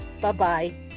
Bye-bye